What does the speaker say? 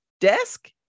desk